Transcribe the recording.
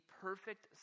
perfect